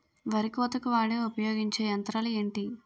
వరి కోతకు వాడే ఉపయోగించే యంత్రాలు ఏంటి?